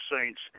saints